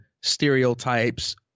stereotypes